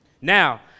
Now